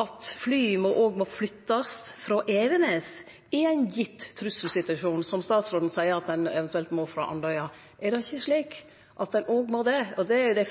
at fly også må flyttast frå Evenes i ein gitt trusselsituasjon som statsråden seier ein eventuelt må frå Andøya? Er det ikkje slik at ein også må det?